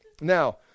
Now